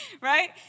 Right